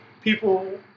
people